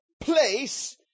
place